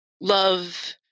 love